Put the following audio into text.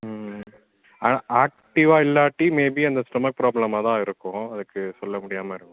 ம் hmm ah ah ஆக்டிவாக இல்லாட்டி மே பி அந்த ஸ்டொமக் ப்ராப்ளமாக தான் இருக்கும் அதுக்கு சொல்ல முடியாமல் இருக்கும்